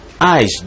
eyes